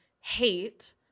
hate